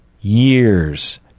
years